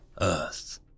Earth